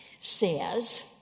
says